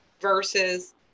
versus